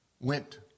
went